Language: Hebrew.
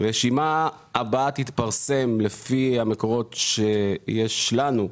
הרשימה הבאה תתפרסם, לפי המקורות שיש לנו,